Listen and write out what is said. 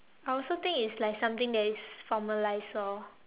I also think it's like something that is formalized orh